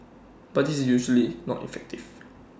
but this is usually not effective